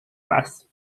was